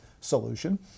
solution